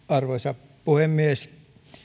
arvoisa puhemies